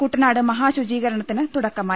കുട്ടനാട് മഹാശുചീകരണത്തിന് തുടക്കമായി